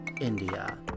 India